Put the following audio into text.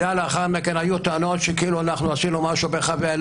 לאחר מכן היו טענות, כאילו אנחנו עשינו משהו בחטף.